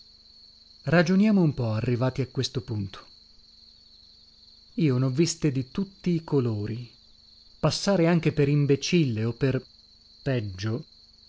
ragioniamo un po arrivati a questo punto io nho viste di tutti i colori passare anche per imbecille o per peggio